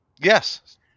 Yes